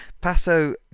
Passo